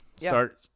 start